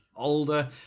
Older